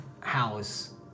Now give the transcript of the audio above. house